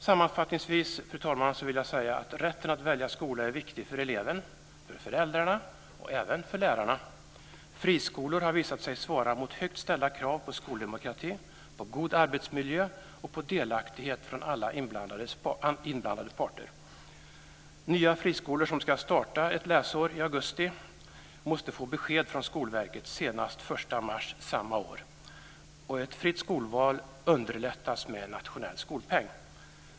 Sammanfattningsvis, fru talman, vill jag säga att rätten att välja skola är viktig för eleven, för föräldrarna och även för lärarna. Friskolor har visat sig svara mot högt ställda krav på skoldemokrati, på god arbetsmiljö och på delaktighet från alla inblandade parter. Nya friskolor som ska starta ett läsår i augusti måste få besked från Skolverket senast den 1 mars samma år. Ett fritt skolval underlättas med en nationell skolpeng.